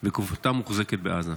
וגופתה מוחזקת בעזה.